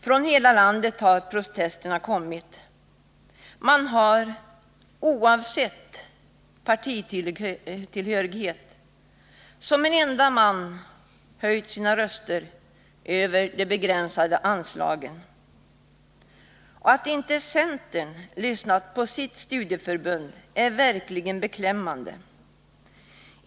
Från hela landet har protesterna kommit. Man har, oavsett partitillhörighet, som en enda man höjt sin röst i protest över de begränsade anslagen. Att inte centern lyssnat på sitt studieförbund är verkligen beklämmande.